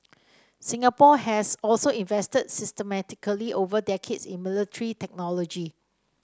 Singapore has also invested systematically over decades in military technology